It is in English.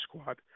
squad